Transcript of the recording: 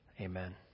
Amen